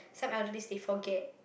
some elderly they forget